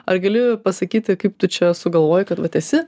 ar gali pasakyti kaip tu čia sugalvojai kad vat esi